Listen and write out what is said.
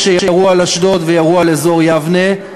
כשירו על אשדוד וירו על אזור יבנה,